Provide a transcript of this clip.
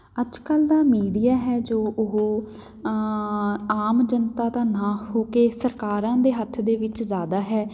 ਅੱਜ ਕੱਲ੍ਹ ਦਾ ਮੀਡੀਆ ਹੈ ਜੋ ਉਹ ਆਮ ਜਨਤਾ ਦਾ ਨਾ ਹੋ ਕੇ ਸਰਕਾਰਾਂ ਦੇ ਹੱਥ ਦੇ ਵਿੱਚ ਜ਼ਿਆਦਾ ਹੈ